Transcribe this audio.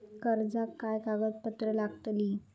कर्जाक काय कागदपत्र लागतली?